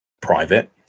private